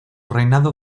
reinado